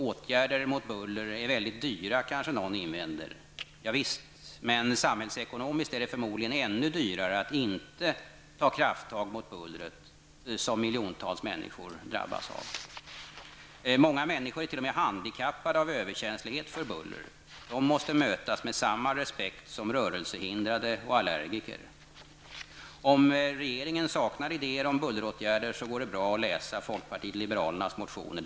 Åtgärder mot buller är väldigt dyra kanske någon invänder. Ja visst, men samhällsekonomiskt är det förmodligen ännu dyrare att inte ta krafttag mot buller, som miljontals människor drabbas av. Många människor är t.o.m. handikappade av överkänslighet för buller. De måste mötas med samma respekt som rörelsehindrade och allergiker. Om regeringen saknar idéer om bulleråtgärder så går det bra att läsa folkpartiet liberalernas motioner.